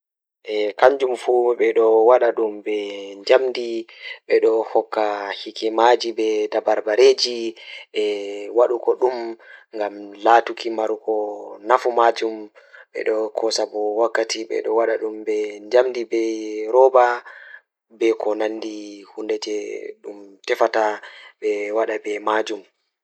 Ko njamaaji ɗe o waɗa waawde njoɓdi e hoore ngal miɗo njiddaade njamaaji rewɓe. Ko njoɓdi goɗɗo ɗum ko processor, rewɓe nguurndam ngam rewti sabu fiyaangu. Kadi, rewɓe njiddaade memory, kadi hard drive ngal rewɓe fiyaangu.